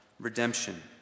Redemption